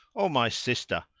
o my sister,